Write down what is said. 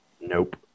Nope